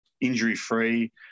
injury-free